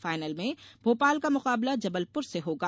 final में भोपाल का मुकाबला जबलपुर से होगा